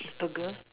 cheeseburger